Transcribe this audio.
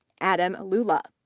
adam lula,